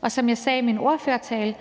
og som jeg sagde i min ordførertale,